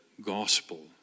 gospel